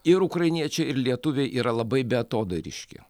ir ukrainiečiai ir lietuviai yra labai beatodairiški